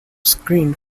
screen